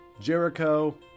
Jericho